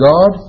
God